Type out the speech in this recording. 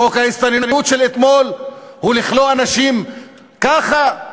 חוק ההסתננות של אתמול הוא לכלוא אנשים ככה,